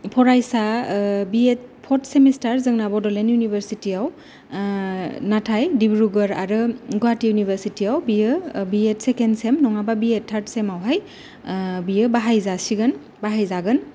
फरायसा भियेट पत सेमेस्टार जोंना बडलेण्ड इउनिभार्सेतियाव नाथाय दिब्रुगर आरो गुवाहाटी इउनिभार्सेतियाव बियो भियेट सेकेण्ड सियेम नङाबा भियेट थार्द सियेमावहाय बियो बाहाय जासिगोन बाहायजागोन